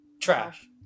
Trash